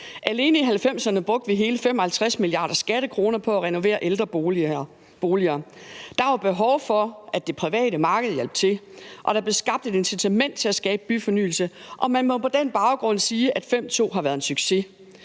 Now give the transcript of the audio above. Alene i 1990'erne brugte vi hele 55 mia. skattekroner på at renovere ældreboliger. Der var behov for, at det private marked hjalp til, og der blev skabt et incitament til at skabe byfornyelse, og man må på den baggrund sige, at § 5, stk. 2, har været en succes.